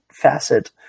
facet